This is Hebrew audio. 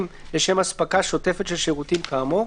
לשם אספקה שוטפת של שירותים כאמור.